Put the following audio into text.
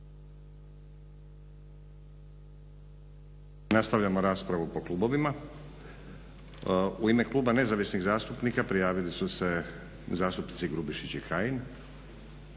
Nastavljamo raspravu po klubovima. U ime Kluba nezavisnih zastupnika prijavili su ste zastupnici Grubišić i Kajin.